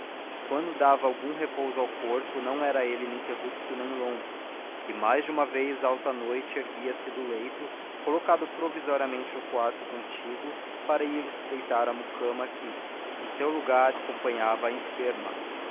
quando dava algum repouso ao corpo não era ele ininterrupto nem longo e mais de uma vez alta noite erguia-se do leito colocado provisoriamente no quarto contíguo para ir espreitar a mucama que em seu lugar acompanhava a enferma